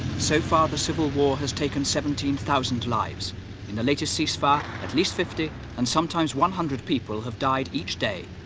so far the civil war has taken seventeen thousand lives in the latest ceasefire at least fifty and sometimes one hundred people have died each day